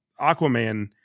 Aquaman